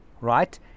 right